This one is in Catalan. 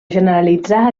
generalitzar